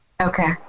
Okay